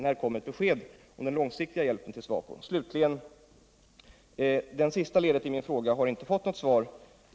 När kommer det ett besked om den långsiktiga hjälpen till SWAPO? Slutligen har det sista ledet i min fråga inte fått något svar.